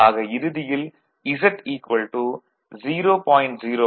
ஆக இறுதியில் Z 0